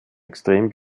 extrem